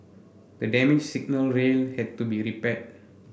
the damaged signal rail had to be repaired